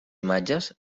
imatges